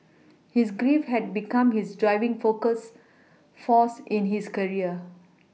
his grief had become his driving focus force in his career